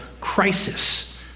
crisis